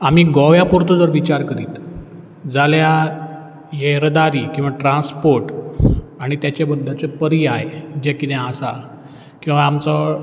आमी गोंया पुरतो जर विचार करीत जाल्या येरादारी किंवा ट्रान्स्पोर्ट आनी तेच्या बद्दलचे पर्याय जे कितें आसा किंवां आमचो